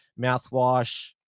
mouthwash